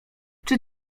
czy